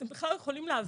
אתם בכלל לא יכולים להבין.